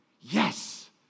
yes